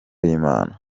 y’imana